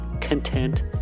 content